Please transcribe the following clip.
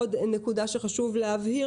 עוד נקודה שחשוב להבהיר,